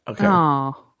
Okay